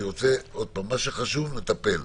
מה שחשוב נטפל,